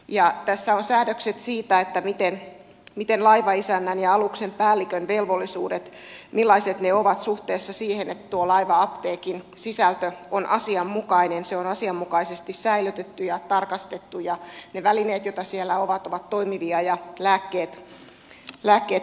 tässä on säädökset siitä millaiset laivaisännän ja aluksen päällikön velvollisuudet ovat suhteessa siihen että laiva apteekin sisältö on asianmukainen se on asianmukaisesti säilytetty ja tarkastettu ja ne välineet joita siellä on ovat toimivia ja lääkkeet käyttökelpoisia